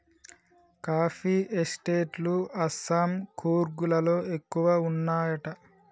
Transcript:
coffee estate లు అస్సాం, కూర్గ్ లలో ఎక్కువ వున్నాయట